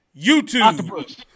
YouTube